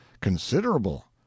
considerable